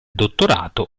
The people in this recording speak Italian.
dottorato